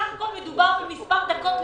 חלק דרוזיות.